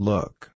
Look